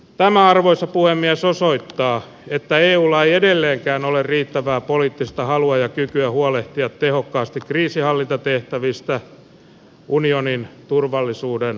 tämä arvoisa puhemies osoittaa että eulla ei edelleenkään ole riittävää poliittista halua ja kykyä huolehtia tehokkaasti kriisinhallintatehtävistä unionin turvallisuuden vahvistamiseksi